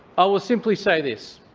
i will simply say this